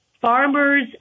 farmers